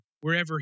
wherever